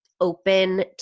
open